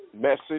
message